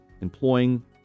employing